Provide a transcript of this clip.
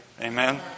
Amen